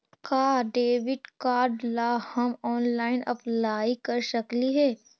का debit card ला हम ऑनलाइन अप्लाई कर सकली हे?